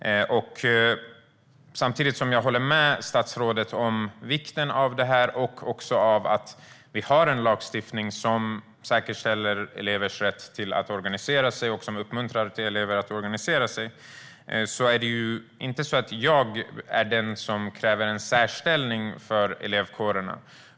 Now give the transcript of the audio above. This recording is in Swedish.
Samtidigt som jag håller med statsrådet om vikten av det här och av att vi har en lagstiftning som säkerställer elevers rätt att organisera sig och uppmuntrar elever att organisera sig vill jag klargöra att det inte är jag som kräver en särställning för elevkårerna.